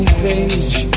page